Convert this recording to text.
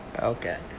Okay